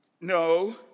No